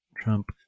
Trump